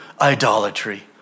idolatry